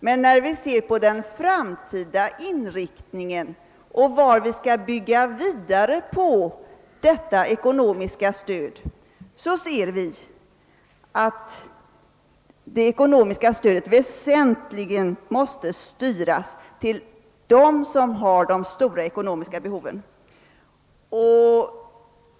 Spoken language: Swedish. Men ser vi på den framtida inrikiningen och på hur vi skall bygga vidare på detta ekonomiska stöd finner vi, att det ekonomiska stödet väsentligen måste styras till dem som har de stora ekonomiska behoven.